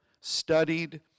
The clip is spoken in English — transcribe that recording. studied